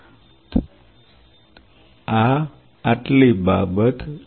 તેથી આટલી બાબત છે